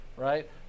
Right